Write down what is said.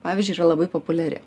pavyzdžiui yra labai populiari